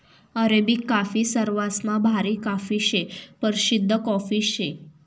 Arabic coffee सरवासमा भारी काफी शे, परशिद्ध कॉफी शे